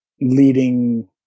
leading